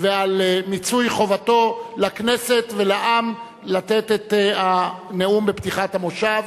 ועל מיצוי חובתו לכנסת ולעם לתת את הנאום בפתיחת המושב.